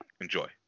enjoy